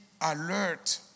alert